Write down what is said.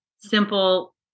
simple